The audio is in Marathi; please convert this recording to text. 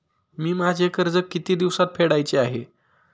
मी माझे कर्ज किती दिवसांत फेडायचे आहे?